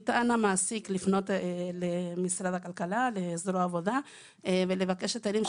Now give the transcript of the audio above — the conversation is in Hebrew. המעסיק יכול לפנות לזרוע העבודה במשרד הכלכלה ולבקש את היתרים,